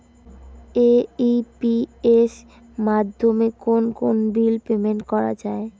AEPS মাধ্যমে কোন কোন বিল পেমেন্ট করা যায়?